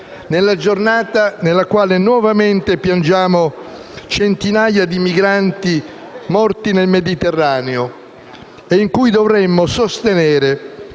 Nella giornata nella quale nuovamente piangiamo centinaia di migranti morti nel Mediterraneo, e in cui dovremmo sostenere